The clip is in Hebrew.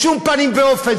בשום פנים ואופן,